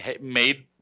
made